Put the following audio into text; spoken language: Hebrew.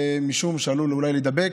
משום שהוא עלול, אולי, להידבק,